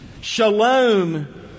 shalom